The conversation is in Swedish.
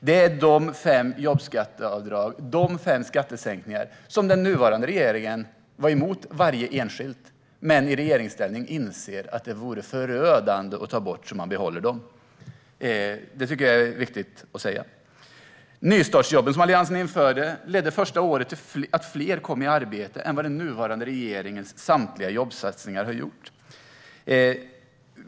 Den nuvarande regeringen var emot var och en av dessa fem skattesänkningar, men inser i regeringsställning att det vore förödande att ta bort dem, så man behåller dem. Det är viktigt att säga. Nystartsjobben, som Alliansen införde, ledde under det första året till att fler kom i arbete än vad den nuvarande regeringens samtliga jobbsatsningar har gjort.